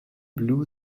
blew